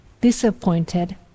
disappointed